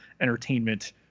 entertainment